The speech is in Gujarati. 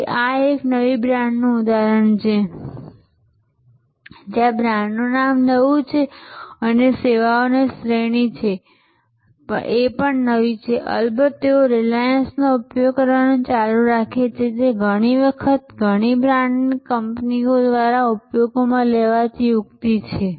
તેથી આ એક નવી બ્રાન્ડનું ઉદાહરણ છે જ્યાં બ્રાન્ડનું નામ નવું છે અને સેવાની શ્રેણીઓ નવી છે અલબત્ત તેઓ રિલાયન્સનો ઉપયોગ કરવાનું ચાલુ રાખે છે જે ઘણી વખત ઘણી બ્રાન્ડ કંપનીઓ દ્વારા ઉપયોગમાં લેવાતી યુક્તિઓ છે